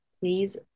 please